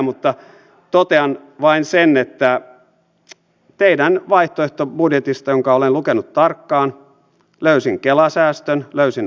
mutta totean vain sen että teidän vaihtoehtobudjetistanne jonka olen lukenut tarkkaan löysin kela säästön löysin armeijan säästön